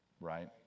right